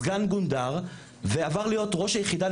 סגן גונדר ועבר להיות ראש היחידה,